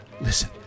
Listen